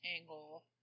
angle